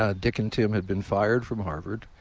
ah dick and tim had been fired from harvard.